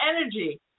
energy